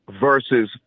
versus